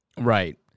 Right